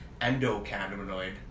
endocannabinoid